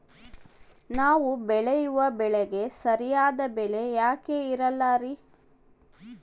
ನಾವು ಬೆಳೆಯುವ ಬೆಳೆಗೆ ಸರಿಯಾದ ಬೆಲೆ ಯಾಕೆ ಇರಲ್ಲಾರಿ?